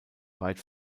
weit